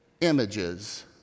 images